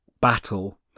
battle